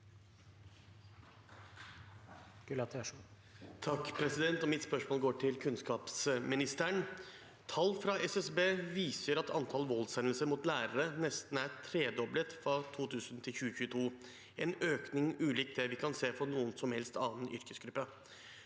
(FrP) Mitt spørsmål går til kunnskapsministeren. Tall fra SSB viser at antallet voldshendelser mot lærere nesten er tredoblet fra 2000 til 2022 – en økning ulikt det vi kan se for noen annen yrkesgruppe.